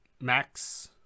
max